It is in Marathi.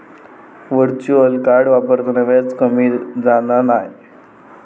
व्हर्चुअल कार्ड वापरताना व्याज कमी जाणा नाय